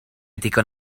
digon